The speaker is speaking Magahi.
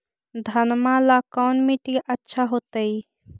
घनमा ला कौन मिट्टियां अच्छा होतई?